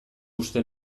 uste